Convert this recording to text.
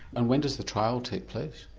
and when does the trial take place?